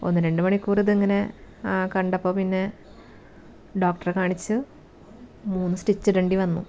ഒന്ന് രണ്ട് മണിക്കൂർ ഇതിങ്ങനെ കണ്ടപ്പോൾ പിന്നെ ഡോക്ടറെ കാണിച്ച് മൂന്ന് സ്റ്റിച്ച് ഇടേണ്ടി വന്നു